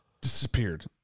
Disappeared